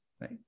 right